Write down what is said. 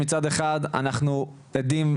שמצד אחד אנחנו עדים,